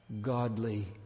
godly